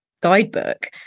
guidebook